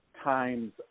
times